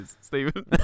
Stephen